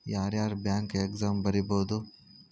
ಯಾರ್ಯಾರ್ bank exam ಬರಿಬೋದು